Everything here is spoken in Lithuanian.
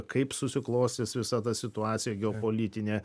kaip susiklostys visa ta situacija geopolitinė